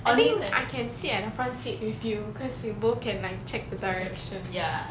I think I can sit at the front seat with you cause we both can like check the direction